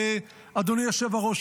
אדוני היושב-ראש,